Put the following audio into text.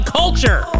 culture